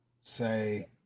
say